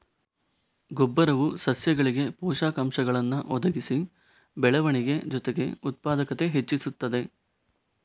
ಗೊಬ್ಬರವು ಸಸ್ಯಗಳಿಗೆ ಪೋಷಕಾಂಶಗಳನ್ನ ಒದಗಿಸಿ ಬೆಳವಣಿಗೆ ಜೊತೆಗೆ ಉತ್ಪಾದಕತೆ ಹೆಚ್ಚಿಸ್ತದೆ